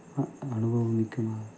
அ அனுபவமிக்க